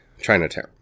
Chinatown